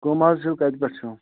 کٕم حظ چھِو کتہِ پیٚٹھ چھِو